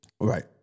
Right